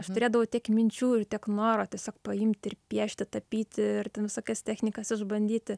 aš turėdavau tiek minčių ir tiek noro tiesiog paimti ir piešti tapyti ir ten visokias technikas išbandyti